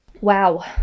Wow